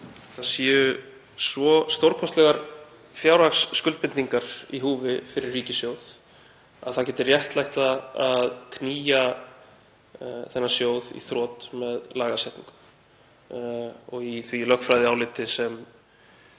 það séu svo stórkostlegar fjárhagsskuldbindingar í húfi fyrir ríkissjóð að það geti réttlætt það að knýja þennan sjóð í þrot með lagasetningu. Í lögfræðiáliti sem